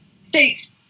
states